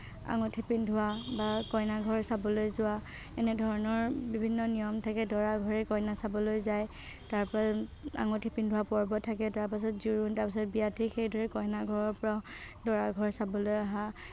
আঙুঠি পিন্ধোৱা বা কইনা ঘৰ চাবলৈ যোৱা এনেধৰণৰ বিভিন্ন নিয়ম থাকে দৰা ঘৰে কইনা চাবলৈ যায় তাৰপৰা আঙুঠি পিন্ধোৱা পৰ্ব থাকে তাৰপিছত জোৰোণ তাৰপিছত বিয়া ঠিক সেইদৰে কইনা ঘৰৰ পৰাও দৰা ঘৰ চাবলৈ অহা